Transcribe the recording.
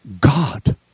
God